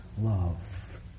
love